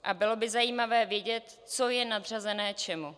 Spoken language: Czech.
A bylo by zajímavé vědět, co je nadřazené čemu.